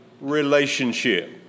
relationship